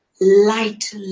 light